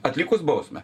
atlikus bausmę